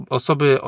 osoby